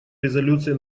резолюции